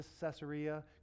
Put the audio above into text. Caesarea